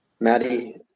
Maddie